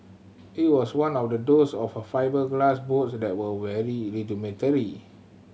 it was one of the those old fibreglass boat that were very rudimentary